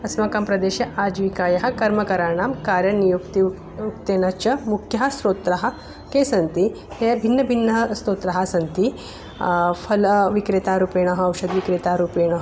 अस्माकं प्रदेशे आजीविकायाः कर्मकराणां कार्यनियुक्तिः उक्तेन च मुख्यं स्रोतः के सन्ति ते भिन्नभिन्नं स्तोतः सन्ति फलविक्रेतारूपेण औषधविक्रेतारूपेण